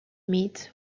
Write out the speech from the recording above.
meat